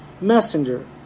messenger